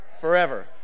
Forever